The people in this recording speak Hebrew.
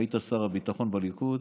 היית שר הביטחון בליכוד,